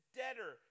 debtor